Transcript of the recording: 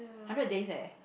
hundred days eh